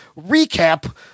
recap